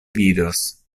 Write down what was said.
vidos